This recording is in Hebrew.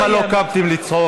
אני מסיימת.